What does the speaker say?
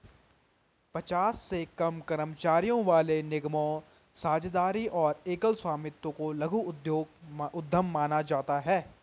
पचास से कम कर्मचारियों वाले निगमों, साझेदारी और एकल स्वामित्व को लघु उद्यम माना जाता है